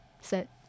set